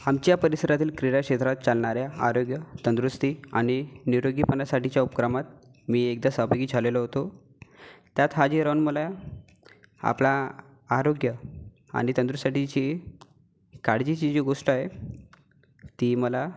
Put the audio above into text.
आमच्या परिसरातील क्रीडा क्षेत्रातील चालणाऱ्या आरोग्य तंदुरुस्ती आणि निरोगीपणासाठीच्या उपक्रमात मी एकदा सहभागी झालेलो होतो त्यात हाजीर राहून मला आपला आरोग्य आणि तंदुरुस्तीसाठीची काळजीची जी गोष्ट आहे ती मला